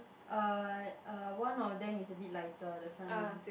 uh uh one of them is a bit lighter the front one